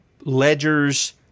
ledgers